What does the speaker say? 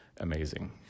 amazing